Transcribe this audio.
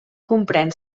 comprèn